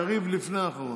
יריב הוא לפני האחרון.